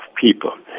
people